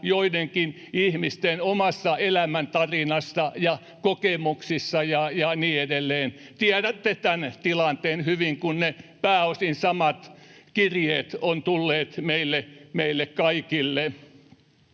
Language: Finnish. joidenkin ihmisten omassa elämäntarinassa ja kokemuksissa ja niin edelleen. Tiedätte tämän tilanteen hyvin, kun pääosin ne samat kirjeet ovat tulleet meille kaikille.